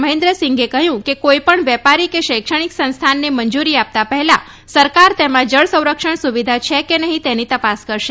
મહેન્દ્રસિંઘે કહ્યું કે કોઈપણ વેપારી કે શૈક્ષણિક સંસ્થાનને મંજૂરી આપતા પહેલા સરકાર તેના જળસંરક્ષણ સુવિધા છે કે નહીં તેની તપાસ કરશે